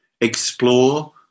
explore